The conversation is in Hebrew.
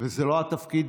וזה לא התפקיד